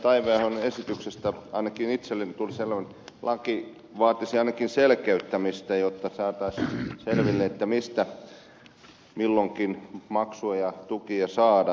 taiveahon esityksestä ainakin itselleni tuli sellainen vaikutelma että laki vaatisi ainakin selkeyttämistä jotta saataisiin selville mistä milloinkin maksuja ja tukia saadaan